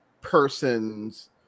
person's